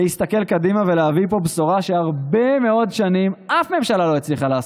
להסתכל קדימה ולהביא פה בשורה שהרבה מאוד שנים אף ממשלה לא הצליחה: